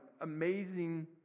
amazing